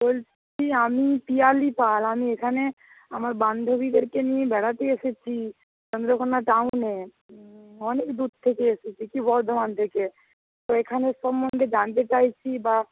বলছি আমি পিয়ালি পাল আমি এখানে আমার বান্ধবীদেরকে নিয়ে বেড়াতে এসেছি চন্দ্রকোণা টাউনে অনেক দূর থেকে এসেছি বর্ধমান থেকে তো এখানের সম্বন্ধে জানতে চাইছি বা